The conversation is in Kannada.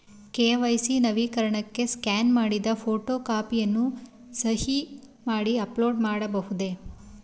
ಕೆ.ವೈ.ಸಿ ನವೀಕರಣಕ್ಕೆ ಸ್ಕ್ಯಾನ್ ಮಾಡಿದ ಫೋಟೋ ಕಾಪಿಯನ್ನು ಸಹಿ ಮಾಡಿ ಅಪ್ಲೋಡ್ ಮಾಡಬಹುದೇ?